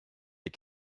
les